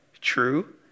True